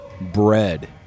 bread